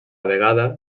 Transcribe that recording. vegada